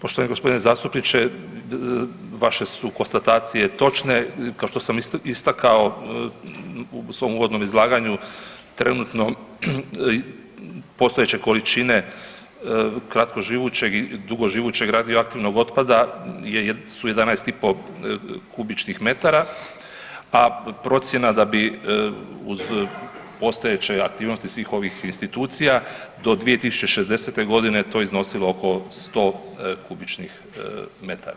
Poštovani g. zastupniče, vaše su konstatacije točne, kao što sam istakao, u svom uvodnom izlaganju, trenutno postojeće količine kratkoživućeg i dugoživućeg radioaktivnog otpada su 11,5 kubičnih metara, a procjena da bi uz postojeće aktivnosti svih ovih institucija do 2060. g. to iznosilo oko 100 kubičnih metara.